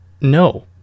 no